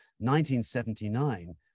1979